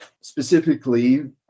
Specifically